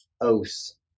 Os